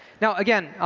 now again,